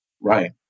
Right